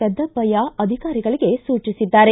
ಪೆದ್ದಪ್ಪಯ್ಯ ಅಧಿಕಾರಿಗಳಿಗೆ ಸೂಚಿಸಿದ್ದಾರೆ